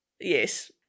Yes